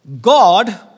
God